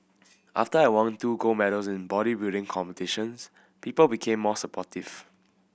after I won two gold medals in bodybuilding competitions people became more supportive